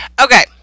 Okay